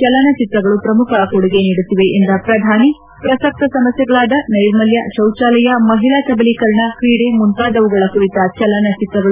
ಚಲನಚಿತ್ರಗಳು ಪ್ರಮುಖ ಕೊಡುಗೆ ನೀಡುತ್ತಿವೆ ಎಂದ ಪ್ರಧಾನಿ ಪ್ರಸಕ್ತ ಸಮಸ್ಟೆಗಳಾದ ನೈರ್ಮಲ್ಯ ಶೌಚಾಲಯ ಮಹಿಳಾ ಸಬಲೀಕರಣ ಕ್ರೀಡೆ ಮುಂತಾದವುಗಳ ಕುರಿತ ಚಲನಚಿತ್ರಗಳು